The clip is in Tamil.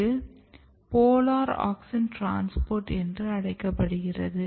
இது போலார் ஆக்ஸின் டிரான்ஸ்போர்ட் என்று அழைக்கப்படுகிறது